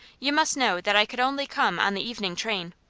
you must know that i could only come on the evening train.